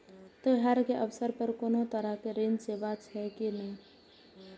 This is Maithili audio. त्योहार के अवसर पर कोनो तरहक ऋण सेवा अछि कि नहिं?